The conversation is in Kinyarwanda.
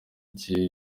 igihe